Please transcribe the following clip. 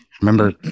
Remember